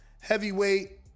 heavyweight